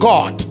God